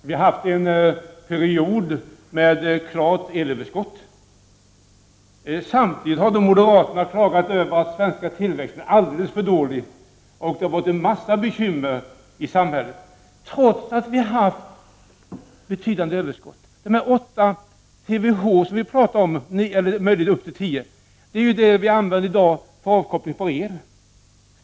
Vi har haft en period med ett klart elöverskott. Samtidigt har moderaterna klagat över att den svenska tillväxten är alldeles för dålig och över en massa bekymmer i samhället — detta trots att vi har haft ett betydande överskott. De 8, möjligen upp till 10 TWh, som vi har talat om är vad som i dag används för avoch påkoppling av el.